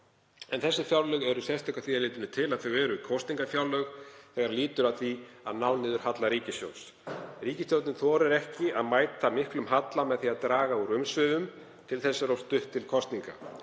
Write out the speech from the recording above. Þessi fjárlög eru sérstök að því leytinu til að þau eru kosningafjárlög þegar kemur að því að ná niður halla ríkissjóðs. Ríkisstjórnin þorir ekki að mæta miklum halla með því að draga úr umsvifum. Til þess er of stutt til kosninga.